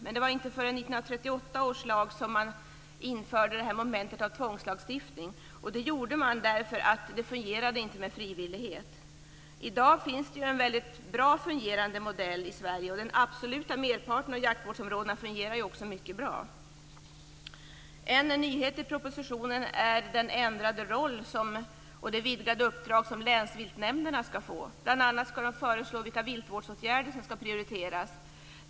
Men det var inte förrän i 1938 års lag som man införde det här momentet av tvångslagstiftning. Det gjorde man därför att det inte fungerade med frivillighet. I dag finns det en väldigt bra fungerande modell i Sverige. Den absoluta merparten av jaktvårdsområdena fungerar ju också mycket bra. En nyhet i propositionen är den ändrade roll och det vidgade uppdrag som länsviltnämnderna ska få. Bl.a. ska de föreslå vilka viltvårdsåtgärder som ska prioriteras.